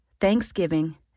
thanksgiving